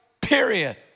period